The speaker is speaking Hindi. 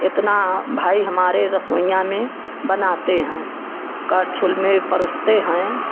इतना भाई हमारे रसोइयाँ में बनाते हैं कड़छुल में परोसते हैं